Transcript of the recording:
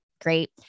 Great